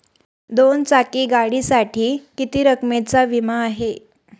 दोन चाकी गाडीसाठी किती रकमेचा विमा आहे?